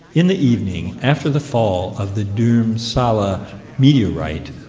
in the evening, after the fall of the dhurmsalla meteorite,